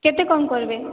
କେତେ କମ କରିବେ